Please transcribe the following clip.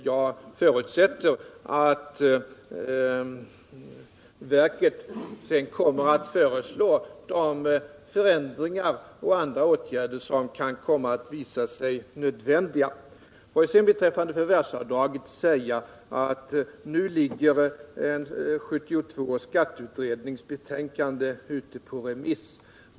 Jag förutsätter att verket sedan kommer att föreslå de förändringar och andra åtgärder som kan komma att visa sig nödvändiga. Får jag sedan beträffande förvärvsavdraget säga att 1972 års skatteutrednings betänkande nu är ute på remiss.